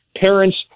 parents